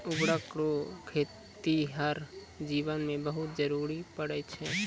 उर्वरक रो खेतीहर जीवन मे बहुत जरुरी पड़ै छै